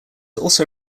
also